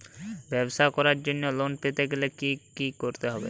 ব্যবসা করার জন্য লোন পেতে গেলে কি কি করতে হবে?